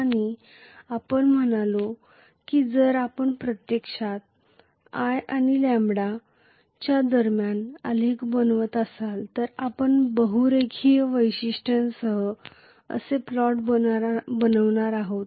आणि आपण म्हणालो की जर आपण प्रत्यक्षात i आणि λ दरम्यान आलेख बनवत असाल तर आपण बहु रेखीय वैशिष्ट्यांसह असे प्लॉट बनवणार आहोत